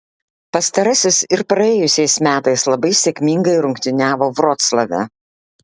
pastarasis ir praėjusiais metais labai sėkmingai rungtyniavo vroclave